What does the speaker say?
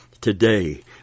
today